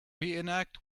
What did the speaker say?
reenact